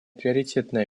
приоритетное